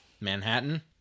Manhattan